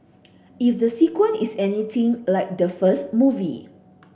if the sequel is anything like the first movie